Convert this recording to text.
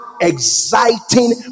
Exciting